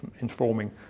informing